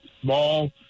small